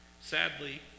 Sadly